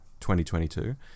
2022